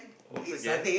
also can